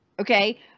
Okay